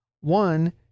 One